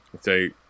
Say